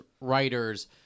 writers